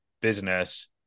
business